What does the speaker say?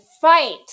fight